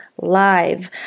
live